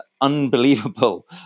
unbelievable